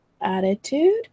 attitude